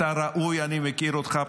אתה ראוי, אני מכיר אותך.